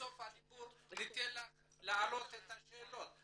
בסוף הדיבור ניתן לך להעלות את השאלות.